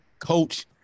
Coach